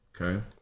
Okay